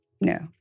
no